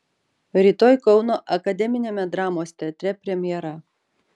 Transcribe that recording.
rytoj kauno akademiniame dramos teatre premjera